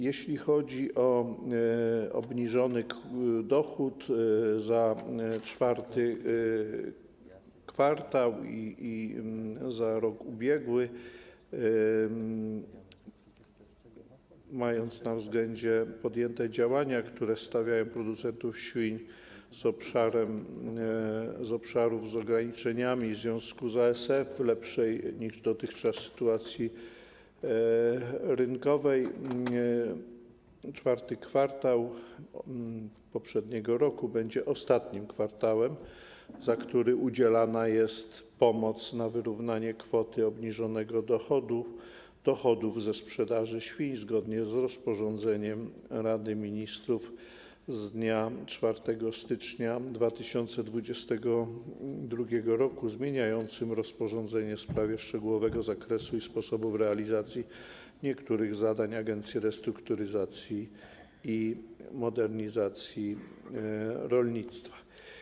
Jeśli chodzi o obniżony dochód za IV kwartał i za rok ubiegły, to mając na względzie podjęte działania, które stawiają producentów świń z obszarów objętych ograniczeniami w związku z ASF w lepszej niż dotychczas sytuacji rynkowej, IV kwartał poprzedniego roku będzie ostatnim kwartałem, za który będzie udzielana pomoc przewidziana na wyrównanie kwoty obniżonych dochodów ze sprzedaży świń zgodnie z rozporządzeniem Rady Ministrów z dnia 4 stycznia 2022 r. zmieniającym rozporządzenie w sprawie szczegółowego zakresu i sposobów realizacji niektórych zadań Agencji Restrukturyzacji i Modernizacji Rolnictwa.